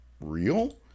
real